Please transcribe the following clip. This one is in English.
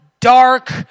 dark